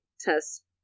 test